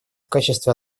качестве